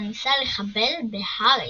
וניסה לחבל בהארי.